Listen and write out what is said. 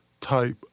type